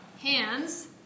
hands